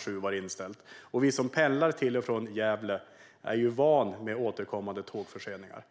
7 var inställt. Vi som pendlar till och från Gävle är vana vid återkommande tågförseningar.